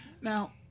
Now